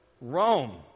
Rome